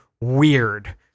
weird